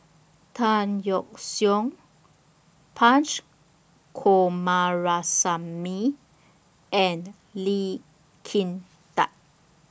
Tan Yeok Seong Punch Coomaraswamy and Lee Kin Tat